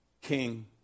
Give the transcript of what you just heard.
king